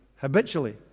habitually